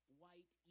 white